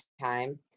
time